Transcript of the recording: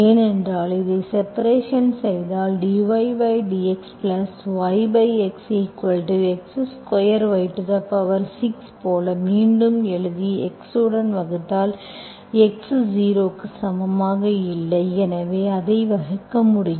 ஏனென்றால் இதைப் செப்பரேஷன் செய்தால் dydxyxx2y6 போல மீண்டும் எழுதி x உடன் வகுத்தால் x 0 க்கு சமமாக இல்லை எனவே அதை வகுக்க முடியும்